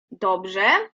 dobrze